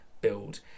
build